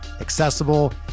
accessible